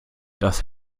das